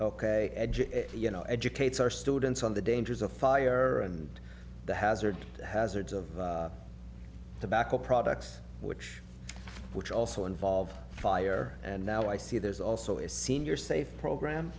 ok you know educates our students on the dangers of fire and the hazard hazards of tobacco products which which also involve fire and now i see there's also a senior safe program